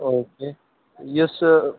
او کے یُس سُہ